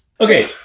Okay